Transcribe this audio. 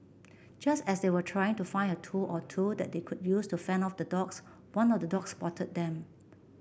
just as they were trying to find a tool or two that they could use to fend off the dogs one of the dogs spotted them